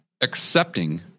accepting